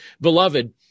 Beloved